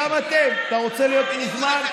גם אתם, אתה רוצה להיות מוזמן?